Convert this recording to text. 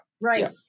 right